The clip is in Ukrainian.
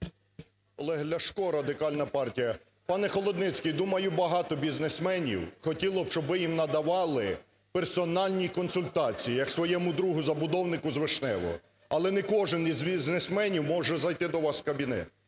Олег Ляшко Радикальна партія. Пане Холодницький, думаю, багато бізнесменів хотіло б, щоб ви їм надавали персональні консультації як своєму другу-забудовнику з Вишневого. Але не кожен із бізнесменів може зайти до вас в кабінет.